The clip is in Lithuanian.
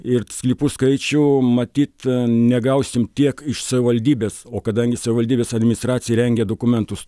ir sklypų skaičių matyt negausim tiek iš savivaldybės o kadangi savivaldybės administracija rengia dokumentus